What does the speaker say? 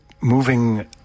moving